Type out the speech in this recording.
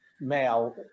male